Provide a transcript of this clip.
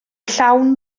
llawn